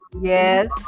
Yes